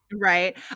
right